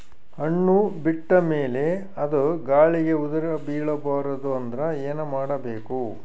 ಹಣ್ಣು ಬಿಟ್ಟ ಮೇಲೆ ಅದ ಗಾಳಿಗ ಉದರಿಬೀಳಬಾರದು ಅಂದ್ರ ಏನ ಮಾಡಬೇಕು?